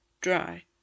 Dry